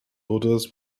orders